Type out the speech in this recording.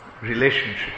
relationship